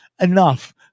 Enough